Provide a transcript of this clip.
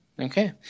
Okay